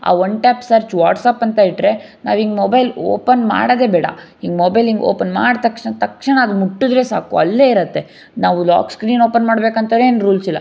ಆ one tap search WhatsApp ಅಂತ ಇಟ್ಟರೆ ನಾವಿಂಗೆ ಮೊಬೈಲ್ ಓಪನ್ ಮಾಡೋದೆ ಬೇಡ ಹಿಂಗೆ ಮೊಬೈಲ್ ಹಿಂಗೆ ಓಪನ್ ಮಾಡಿ ತಕ್ಷಣ ತಕ್ಷಣ ಅದು ಮುಟ್ಟಿದರೆ ಸಾಕು ಅಲ್ಲೇ ಇರುತ್ತೆ ನಾವು ಲಾಕ್ ಸ್ಕ್ರೀನ್ ಓಪನ್ ಮಾಡ್ಬೇಕಂಥದ್ದೇನು ರೂಲ್ಸ್ ಇಲ್ಲ